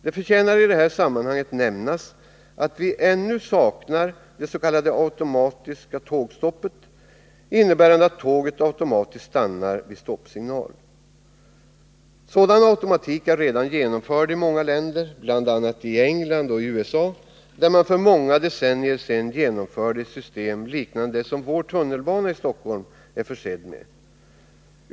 Det förtjänar i detta sammanhang nämnas att vi ännu saknar det s.k. automatiska tågstoppet, innebärande att tåget automatiskt stannar vid stoppsignal. Sådan automatik är redan genomförd i många länder, bl.a. i England och USA, där man för många decennier sedan genomförde ett system liknande det som vår tunnelbana i Stockholm är försedd med.